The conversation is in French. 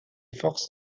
forces